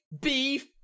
beef